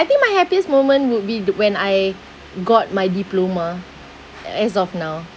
I think my happiest moment would be the when I got my diploma as of now